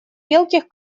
мелких